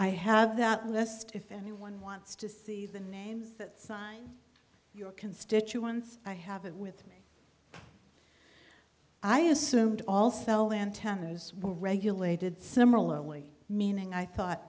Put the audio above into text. i have that list if anyone wants to see the names that sign your constituents i have it with me i assumed all cell antennas were regulated similarly meaning i thought